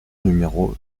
numéro